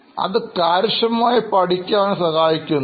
അത് കാര്യക്ഷമമായി പഠിക്കാൻ അവനെ സഹായിക്കുന്നു